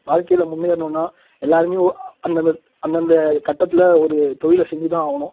வாழ்க்கையில் முன்னேறணுன்னா எல்லாருமே அந்தந்த அந்தந்த கட்டத்தில் ஒரு தொழிலை செஞ்சு தான் ஆகணும்